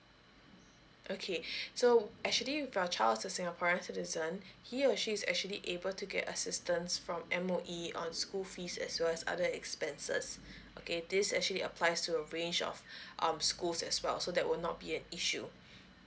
okay so actually if your child is a singaporean citizen he or she is actually able to get assistance from M_O_E on school fees as well as other expenses okay this actually applies to a range of um schools as well so that will not be an issue